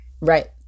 Right